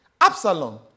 Absalom